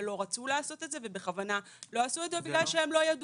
ולא רצו לעשות את זה ובכוונה לא עשו את זה או בגלל שהם לא ידעו.